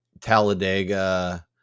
Talladega